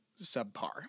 subpar